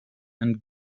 and